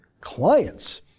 clients